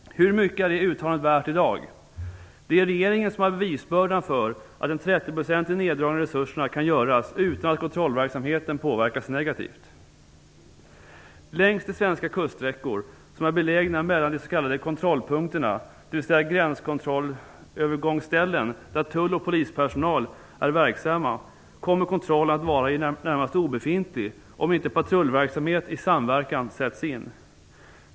Hur mycket är det uttalandet värt i dag? Det är regeringen som har bevisbördan för att en 30 procentig neddragning av resurserna kan göras utan att kontrollverksamheten påverkas negativt. Längs de svenska kuststräckor som är belägna mellan de s.k. kontrollpunkterna, dvs. gränskontrollövergångsställen där tull och polispersonal är verksamma, kommer kontrollen att vara i det närmaste obefintlig om inte patrullverksamhet i samverkan sätts in.